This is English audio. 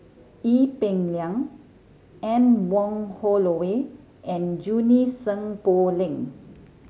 Ee Peng Liang Anne Wong Holloway and Junie Sng Poh Leng